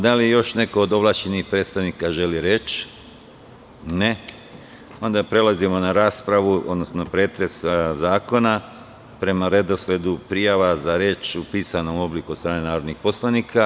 Da li još neko od ovlašćenih predstavnika želi reč? (Ne) Prelazimo na pretres zakona prema redosledu prijava za reč u pisanom obliku od strane narodnih poslanika.